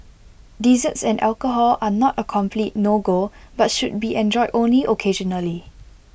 desserts and alcohol are not A complete no go but should be enjoyed only occasionally